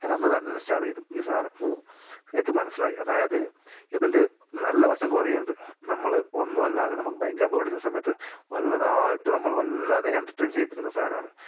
ഞാൻ അന്ന് അത് അൺഇൻസ്റ്റാൾ ചെയ്തു ഈ സാധനം എനിക്ക് മനസ്സിലായി അതായത് ഇതിൻ്റെ നല്ല വശം കുറേ ഉണ്ട് നമ്മൾ ഒന്നും അല്ലാതെ നമുക്ക് ഭയങ്കര ബോറടിക്കുന്ന സമയത്ത് നല്ലതായിട്ട് നമ്മളെ വല്ലാതെ എൻെറർടെയിൻ ചെയ്യിപ്പിക്കുന്ന സാധനമാണ്